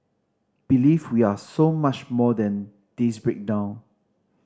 believe we are so much more than this breakdown